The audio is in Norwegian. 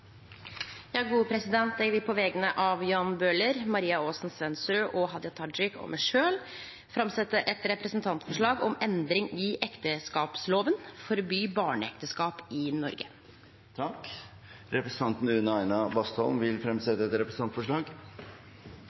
vil på vegner av representantane Jan Bøhler, Maria-Karine Aasen-Svensrud, Hadia Tajik og meg sjølv setje fram eit representantforslag om endring i ekteskapsloven Representanten Une Bastholm vil fremsette et representantforslag. På vegne av meg selv vil jeg framsette et representantforslag